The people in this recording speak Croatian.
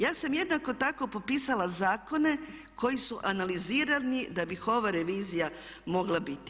Ja sam jednako tako popisala zakone koji su analizirani da bi ova revizija mogla biti.